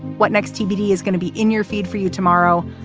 what next? tbd is going to be in your feed for you tomorrow.